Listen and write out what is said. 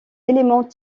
éléments